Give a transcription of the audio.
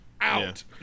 out